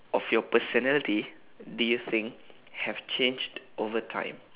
of your personality do you think have changed over time